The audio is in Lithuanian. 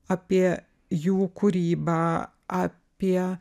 apie jų kūrybą apie